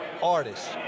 artists